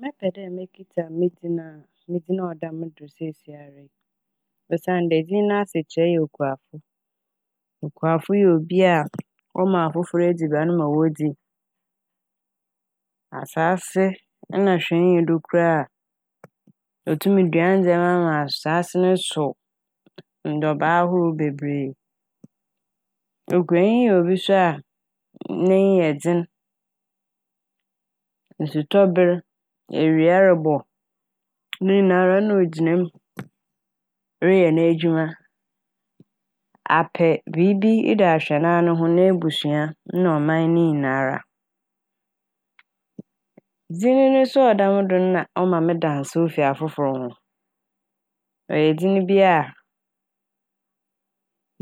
Mɛpɛ dɛ mekitsa me dzin a - medzin a ɔda mo do siesiara yi osiandɛ dzin n'asekyerɛ yɛ okuafo. Okuafo yɛ obi a ɔma afofor edziban ma wodzi. Asaase nna hwee nnyi do koraa otum dua ndzɛma ma asaase no sow ndɔbaa ahorow bebree. Okuanyi yɛ obi so a n'enyi yɛ dzen, nsutɔ ber, ewia robɔ ne nyinara na ogyina m' reyɛ n'edwuma apɛ biibi ede ahwɛ no ho n'ebusua na ɔman ne nyinara. Dzin no so a ɔda mu do n' na ɔma meda nsew fi afofor ho. Ɔyɛ dzin bi a